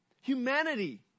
humanity